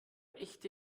echte